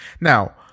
Now